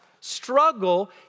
struggle